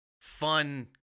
fun